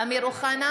אמיר אוחנה,